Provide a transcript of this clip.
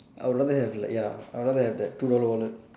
I would rather have like ya I would rather have that two dollar wallet